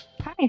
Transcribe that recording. Hi